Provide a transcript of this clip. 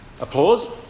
applause